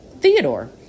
Theodore